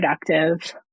productive